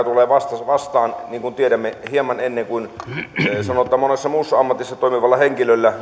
tulee eläkeikä vastaan niin kuin tiedämme hieman ennen kuin sanotaan monessa muussa ammatissa toimivalla henkilöllä